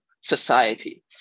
society